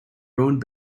ruined